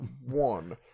one